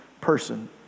person